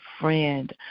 friend